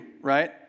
right